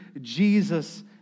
Jesus